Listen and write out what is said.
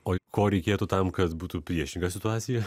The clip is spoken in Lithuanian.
oi ko reikėtų tam kad būtų priešinga situacija